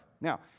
Now